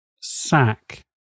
sack